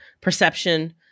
perception